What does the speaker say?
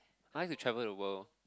I like to travel the world